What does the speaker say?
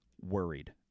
worried